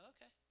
Okay